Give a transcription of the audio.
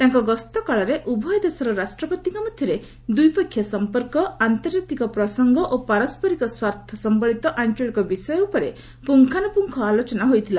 ତାଙ୍କ ଗସ୍ତ କାଳରେ ଉଭୟ ଦେଶର ରାଷ୍ଟ୍ରପତିଙ୍କ ମଧ୍ୟରେ ଦ୍ୱିପକ୍ଷିୟ ସମ୍ପର୍କ ଆନ୍ତର୍ଜାତିକ ପ୍ରସଙ୍ଗ ଓ ପାରସ୍କରିକ ସ୍ୱାର୍ଥ ସମ୍ଭଳିତ ଆଞ୍ଚଳିକ ବିଷୟ ଉପରେ ପୁଙ୍ଗାନୁପୁଙ୍ଖ ଆଲୋଚନା ହୋଇଥିଲା